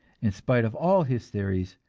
in spite of all his theories.